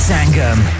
Sangam